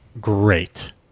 Great